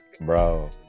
bro